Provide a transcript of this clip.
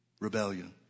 rebellion